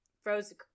frozen